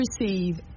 receive